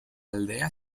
aldea